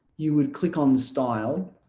you would click on the style